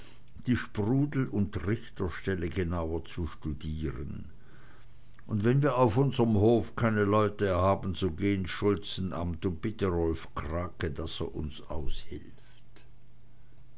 die sprudel und trichterstelle genauer zu studieren und wenn wir auf unserm hofe keine leute haben so geh ins schulzenamt und bitte rolf krake daß er aushilft